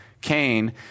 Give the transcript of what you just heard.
Cain